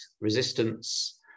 resistance